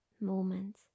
moment